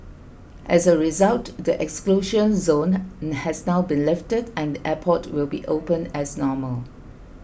as a result the exclusion zone has now been lifted and the airport will be open as normal